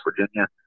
Virginia